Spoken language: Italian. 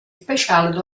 speciali